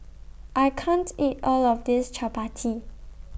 I can't eat All of This Chappati